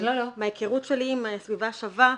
מההיכרות שלי עם סביבה שווה,